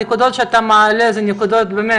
הנקודות שאתה מעלה אלה באמת